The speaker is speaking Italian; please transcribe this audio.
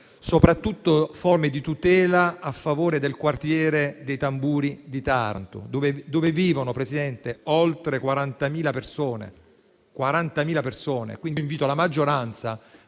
soprattutto forme di tutela a favore del quartiere dei Tamburi di Taranto, dove vivono, Presidente, oltre 40.000 persone. Invito pertanto la maggioranza,